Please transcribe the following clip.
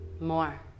more